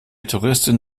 touristin